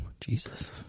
jesus